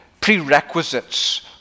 prerequisites